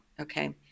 okay